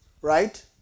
right